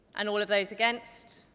and all of those against?